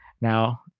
Now